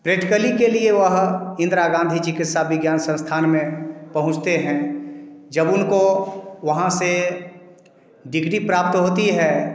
practically के वहाँ इंदरा गाँधी जी के सा विज्ञान संस्थान में पहुँचते हैं जब उनको वहाँ से डिग्री प्राप्त होती है